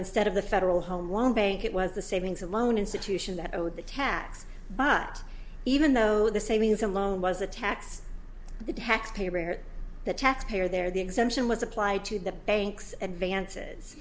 instead of the federal home loan bank it was the savings and loan institution that owed the tax but even though the savings and loan was a tax the taxpayer the taxpayer there the exemption was applied to the bank's advances